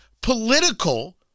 political